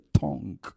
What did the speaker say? tongue